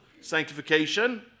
sanctification